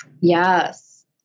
Yes